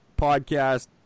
podcast